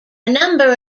number